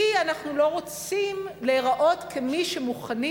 כי אנחנו לא רוצים להיראות כמי שמוכנים